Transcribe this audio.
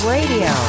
Radio